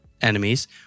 enemies